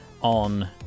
on